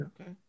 Okay